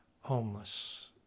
homeless